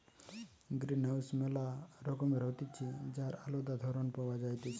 greenhouse ম্যালা রকমের হতিছে যার আলদা ধরণ পাওয়া যাইতেছে